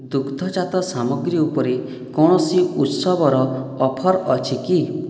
ଦୁଗ୍ଧଜାତ ସାମଗ୍ରୀ ଉପରେ କୌଣସି ଉତ୍ସବର ଅଫର୍ ଅଛି କି